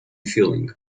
feeling